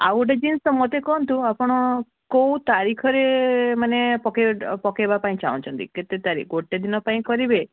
ଆଉ ଗୋଟେ ଜିନିଷ ମୋତେ କୁହନ୍ତୁ ଆପଣ କେଉଁ ତାରିଖରେ ମାନେ ପକାଇ ପକାଇବା ପାଇଁ ଚାହୁଁଛନ୍ତି କେତେ ତାରିଖ ଗୋଟେ ଦିନ ପାଇଁ କରିବେ